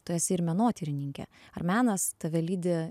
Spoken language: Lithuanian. tu esi ir menotyrininkė ar menas tave lydi